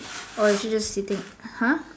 or is she just sitting !huh!